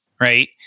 Right